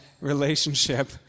relationship